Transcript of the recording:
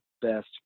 best